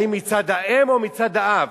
האם מצד האם או מצד האב?